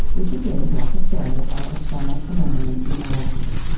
which again like australia, are a summer phenomenon in alaska.